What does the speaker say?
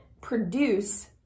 produce